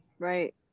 right